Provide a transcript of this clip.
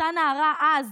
אותה נערה אז,